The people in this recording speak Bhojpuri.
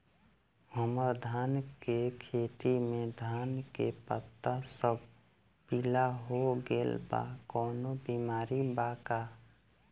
हमर धान के खेती में धान के पता सब पीला हो गेल बा कवनों बिमारी बा का?